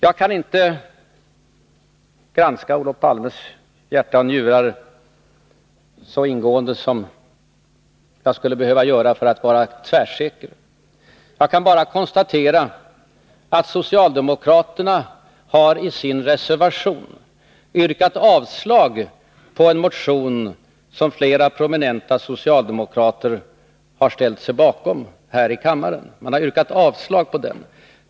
Jag kan inte granska Olof Palmes hjärta och njurar så ingående som jag skulle behöva göra för att vara tvärsäker. Jag kan bara konstatera att socialdemokraterna i sin reservation yrkat avslag på en motion som flera prominenta socialdemokrater har ställt sig bakom här i kammaren.